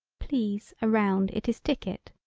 please a round it is ticket.